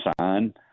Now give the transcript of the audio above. sign